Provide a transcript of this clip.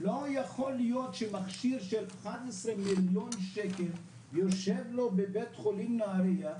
לא יכול להיות שמכשיר של 11,000,000 שקל יושב לו בבית חולים נהריה,